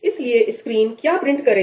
इसलिए स्क्रीन क्या प्रिंट करेगी